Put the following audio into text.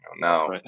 Now